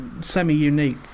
semi-unique